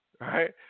right